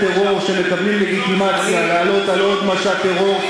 טרור שמקבלים לגיטימציה לעלות על עוד משט טרור.